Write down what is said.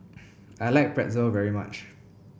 I like Pretzel very much